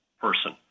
person